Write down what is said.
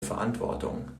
verantwortung